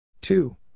Two